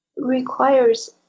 requires